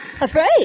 Afraid